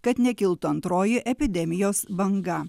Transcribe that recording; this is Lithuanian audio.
kad nekiltų antroji epidemijos banga